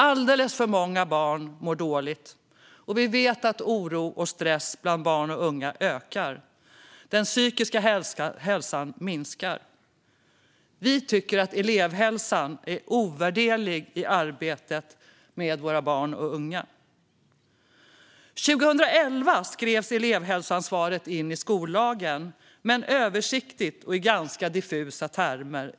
Alldeles för många barn mår dåligt, och vi vet att oro och stress bland barn och unga ökar. Den psykiska hälsan minskar. Vi tycker att elevhälsan är ovärderlig i arbetet med våra barn och unga. År 2011 skrevs elevhälsoansvaret in i skollagen, men översiktligt och i ganska diffusa termer.